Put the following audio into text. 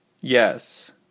Yes